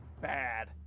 bad